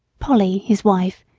polly, his wife,